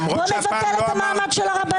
למרות שהפעם לא אמרת --- בוא נבטל את המעמד של הרבנים.